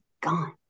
gone